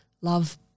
love